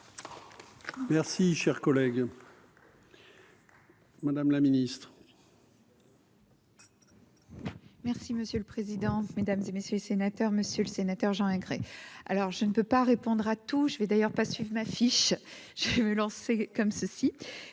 Merci, cher collègue, Madame la Ministre. Merci monsieur le président, Mesdames et messieurs les sénateurs, Monsieur le Sénateur Jean. Alors je ne peux pas répondre à tous, je vais d'ailleurs pas suivent ma fiche, j'ai vu lancer comme ceux-ci,